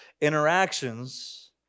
interactions